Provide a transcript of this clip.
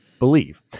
believe